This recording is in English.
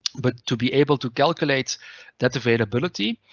but to be able to calculate that availability,